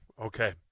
Okay